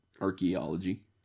Archaeology